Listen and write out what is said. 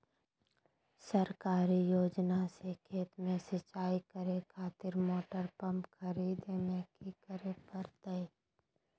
सरकारी योजना से खेत में सिंचाई करे खातिर मोटर पंप खरीदे में की करे परतय?